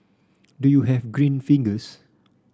do you have green fingers